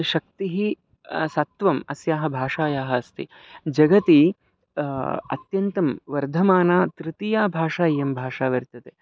शक्तिः सत्वम् अस्याः भाषायाः अस्ति जगति अत्यन्तं वर्धमाना तृतीया भाषा इयं भाषा वर्तते